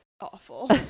Awful